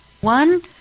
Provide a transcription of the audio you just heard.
One